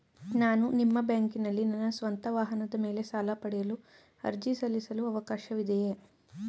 ನಾನು ನಿಮ್ಮ ಬ್ಯಾಂಕಿನಲ್ಲಿ ನನ್ನ ಸ್ವಂತ ವಾಹನದ ಮೇಲೆ ಸಾಲ ಪಡೆಯಲು ಅರ್ಜಿ ಸಲ್ಲಿಸಲು ಅವಕಾಶವಿದೆಯೇ?